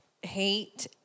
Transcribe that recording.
hate